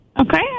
Okay